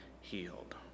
healed